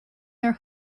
their